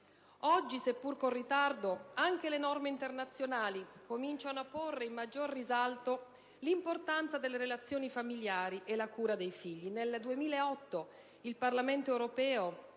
Oggi, seppur con ritardo, anche le norme internazionali cominciano a porre in maggiore risalto l'importanza delle relazioni familiari e la cura dei figli. Nel 2008 il Parlamento europeo,